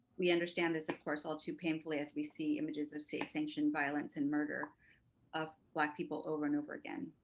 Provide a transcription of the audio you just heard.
we understand this, of course, all too painfully as we see images of state sanctioned violence and murder of black people over and over again.